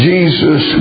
Jesus